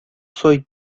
soy